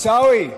עיסאווי,